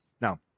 Now